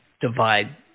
divide